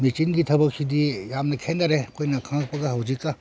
ꯃꯦꯆꯤꯟꯒꯤ ꯊꯕꯛꯁꯤꯗꯤ ꯌꯥꯝꯅ ꯈꯦꯠꯅꯔꯦ ꯑꯩꯈꯣꯏꯅ ꯈꯪꯉꯛꯄꯒ ꯍꯧꯖꯤꯛꯀ